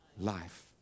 life